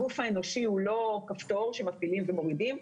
הגוף האנושי הוא לא כפתור שמפעילים ומורידים,